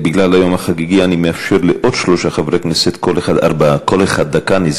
בגלל היום החגיגי אני מאפשר לעוד שלושה חברי כנסת,